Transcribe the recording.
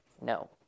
no